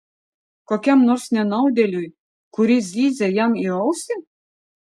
kokiam nors nenaudėliui kuris zyzia jam į ausį